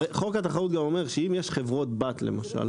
הרי חוק התחרות גם אומר שאם יש חברות בת למשל,